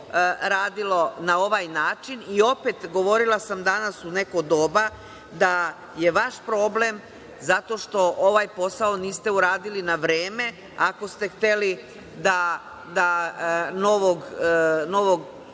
radilo na ovaj način i opet, govorila sam danas u neko doba, da je vaš problem zato što ovaj posao niste uradili na vreme. Ako ste hteli da novog